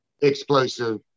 explosive